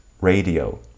radio